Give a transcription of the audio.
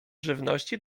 żywności